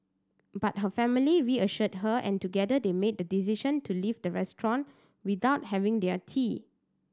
but her family reassured her and together they made the decision to leave the restaurant without having their tea